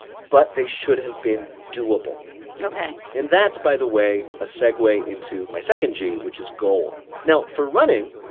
but they should have been doable ok and that's, by the way, a segue into my second g, which is goal. now, for running,